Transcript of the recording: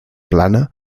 plana